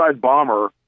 bomber